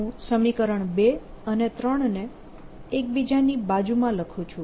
હું સમીકરણ 2 અને 3 ને એકબીજાની બાજુમાં લખું છું